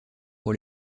pour